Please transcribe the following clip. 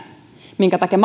minkä takia